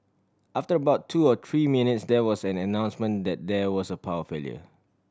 after about two or three minutes there was an announcement that there was a power failure